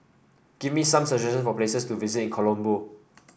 give me some suggestions for places to visit in Colombo